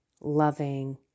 loving